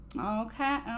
Okay